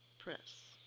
press.